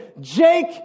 Jake